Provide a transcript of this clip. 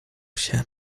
się